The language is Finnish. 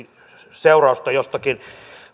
seurausta jostakin